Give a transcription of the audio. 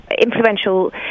influential